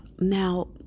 Now